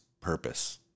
purpose